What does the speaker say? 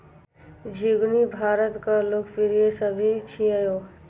झिंगुनी भारतक लोकप्रिय सब्जी छियै